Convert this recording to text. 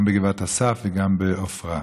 גם בגבעת אסף וגם בעפרה.